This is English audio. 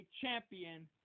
champion